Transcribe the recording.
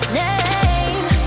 name